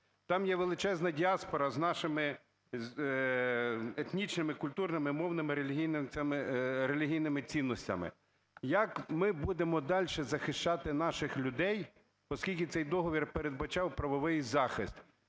Там є величезна діаспора з нашими етнічними, культурними, мовними, релігійними цінностями. Як ми будемо дальше захищати наших людей, оскільки цей договір передбачав правовий захист?